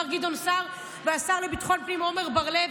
גדעון סער והשר לביטחון הפנים עמר בר לב.